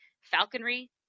falconry